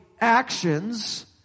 actions